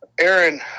Aaron